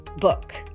book